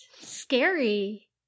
scary